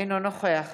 אינו נוכח